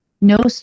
No